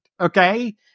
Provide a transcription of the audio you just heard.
okay